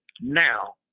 Now